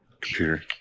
Computer